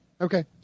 Okay